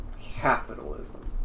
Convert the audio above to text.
capitalism